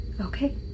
Okay